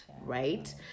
Right